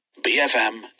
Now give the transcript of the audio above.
BFM